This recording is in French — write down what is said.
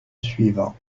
suivant